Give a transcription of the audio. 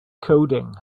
coding